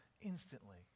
instantly